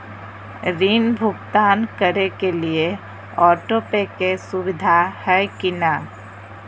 ऋण भुगतान करे के लिए ऑटोपे के सुविधा है की न?